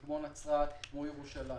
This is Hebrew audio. או ירושלים,